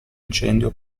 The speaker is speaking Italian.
incendio